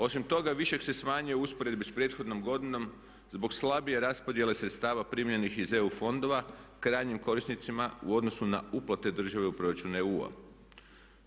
Osim toga, višak se smanjio u usporedbi sa prethodnom godinom zbog slabije raspodjele sredstava primljenih iz EU fondova krajnjim korisnicima u odnosu na uplate države u proračunu EU-a.